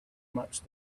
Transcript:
much